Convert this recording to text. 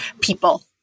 people